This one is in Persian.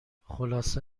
خلاصه